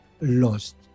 lost